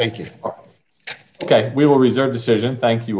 thank you ok we will reserve decision thank you